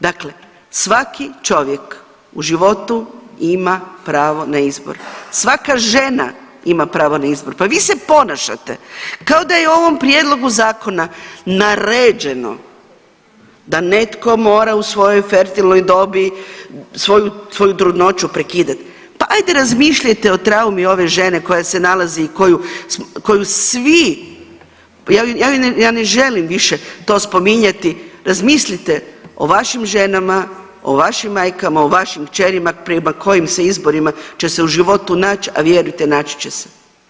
Dakle, svaki čovjek u životu ima pravo na izbor, svaka žena ima pravo na izbor, pa vi se ponašate kao da je u ovom prijedlogu zakona naređeno da netko mora u svojoj fertilnoj dobi svoju trudnoću prekidat, pa ajte razmišljajte o traumi ove žene koja se nalazi i koju svi, ja ne želim više to spominjati razmislite o vašim ženama, o vašim majkama, o vašim kćerima prema kojim se izborima će se u životu nać, a vjerujte naći će se.